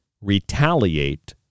retaliate